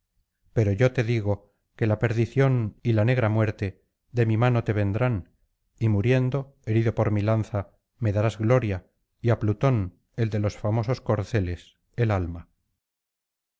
pero yo te digo que la perdición y la negra muerte de mi mano te vendrán y muriendo herido por mi lanza me darás gloria y á plutón el de los famosos corceles el alma